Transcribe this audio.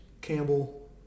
Campbell